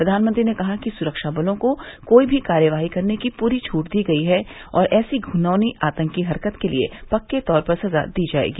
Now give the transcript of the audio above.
प्रधानमंत्री ने कहा कि सुरक्षाबलों को कोई भी कार्रवाई करने की पूरी छूट दी गई है और ऐसी घिनौनी आतंकी हरकत के लिए पक्के तौर पर सजा दी जाएगी